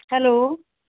hello